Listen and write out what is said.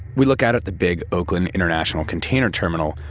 we look out at the big oakland international container terminal,